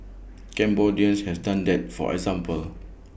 Cambodians have done that for example